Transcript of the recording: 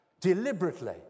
deliberately